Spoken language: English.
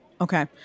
Okay